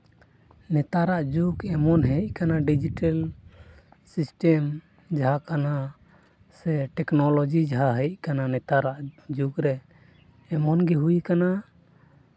ᱱᱮᱛᱟᱨᱟᱜ ᱡᱩᱜᱽ ᱮᱢᱚᱱ ᱦᱮᱡ ᱠᱟᱱᱟ ᱰᱤᱡᱤᱴᱮᱞ ᱥᱤᱥᱴᱮᱢ ᱡᱟᱦᱟᱸ ᱠᱟᱱᱟ ᱥᱮ ᱴᱮᱠᱱᱳᱞᱚᱡᱤ ᱡᱟᱦᱟᱸ ᱦᱮᱡ ᱟᱠᱟᱱᱟ ᱱᱮᱛᱟᱨᱟᱜ ᱡᱩᱜᱽ ᱨᱮ ᱮᱢᱚᱱ ᱜᱮ ᱦᱩᱭ ᱟᱠᱟᱱᱟ